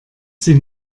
sie